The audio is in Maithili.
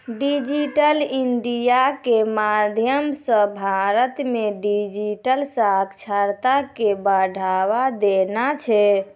डिजिटल इंडिया के माध्यम से भारत मे डिजिटल साक्षरता के बढ़ावा देना छै